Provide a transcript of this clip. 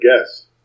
guess